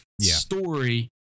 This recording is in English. story